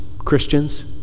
Christians